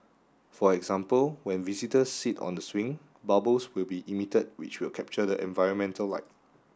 for example when visitors sit on the swing bubbles will be emitted which will capture the environmental light